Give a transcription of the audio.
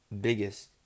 biggest